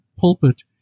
pulpit